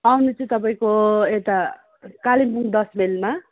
आउनु चाहिँ तपाईँको यता कालिम्पोङ दस माइलमा